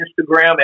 Instagram